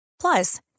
Plus